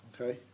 Okay